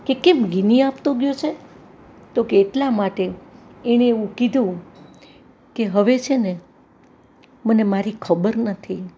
કે કેમ ગિની આપતો ગયો છે તોકે એટલા માટે એણે એવું કીધું કે હવે છેને મને મારી ખબર નથી